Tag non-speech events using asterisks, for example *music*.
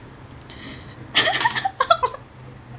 *laughs*